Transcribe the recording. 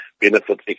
benefits